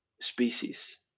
species